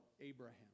Abraham